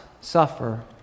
suffer